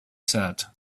said